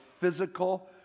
physical